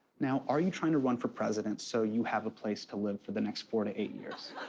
now, are you trying to run for president so you have a place to live for the next four to eight years?